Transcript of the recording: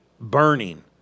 burning